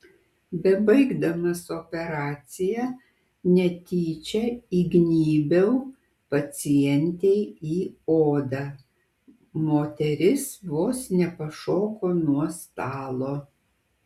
bebaigdamas operaciją netyčia įgnybiau pacientei į odą moteris vos nepašoko nuo stalo